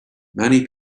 many